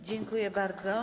Dziękuję bardzo.